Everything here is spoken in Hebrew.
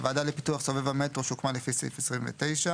הוועדה לפיתוח סובב המטרו שהוקמה לפי סעיף 29,";